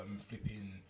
flipping